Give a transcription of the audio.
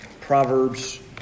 Proverbs